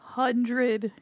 hundred